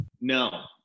No